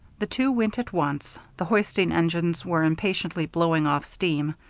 the two went at once. the hoisting engines were impatiently blowing off steam.